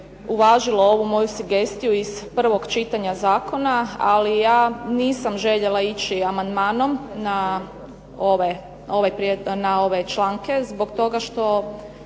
uvažilo ovu moju sugestiju iz prvog čitanja zakona, ali ja nisam željela ići amandmanom na ove članke zbog toga što